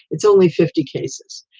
it's only fifty cases.